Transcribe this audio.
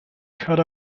cut